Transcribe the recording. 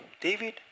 David